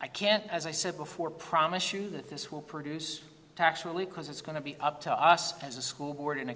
i can't as i said before promise you that this will produce actually because it's going to be up to us as a school board and a